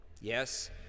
Yes